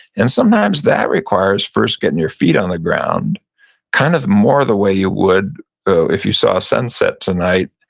and sometimes that requires first getting your feet on the ground kind of more the way you would if you saw a sunset tonight.